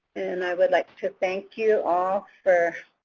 and i would like to thank you all for